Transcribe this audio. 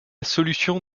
solution